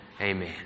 Amen